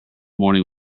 morning